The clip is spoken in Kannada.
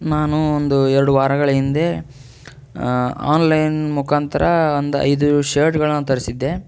ನಾನು ಒಂದು ಎರಡು ವಾರಗಳ ಹಿಂದೆ ಆನ್ಲೈನ್ ಮುಖಾಂತರ ಒಂದು ಐದು ಶರ್ಟ್ಗಳನ್ನು ತರಿಸಿದ್ದೆ